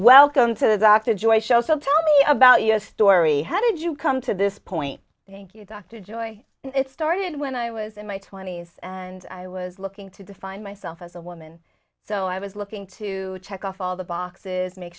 welcome to the dr joy show so tell me about your story how did you come to this point thank you dr joy it started when i was in my twenty's and i was looking to define myself as a woman so i was looking to check off all the boxes make